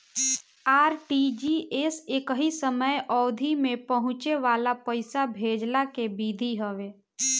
RTGS एकही समय अवधि में पहुंचे वाला पईसा भेजला के विधि हवे